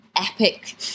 epic